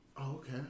okay